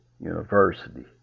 University